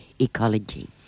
ecology